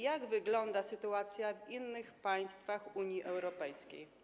Jak wygląda sytuacja w innych państwach Unii Europejskiej?